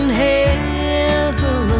heaven